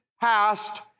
past